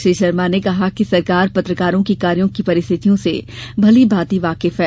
श्री शर्मा ने कहा कि सरकार पत्रकारों के कार्यो की परिस्थितियों से भलीभांति वाकिफ है